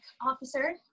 officer